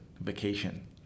vacation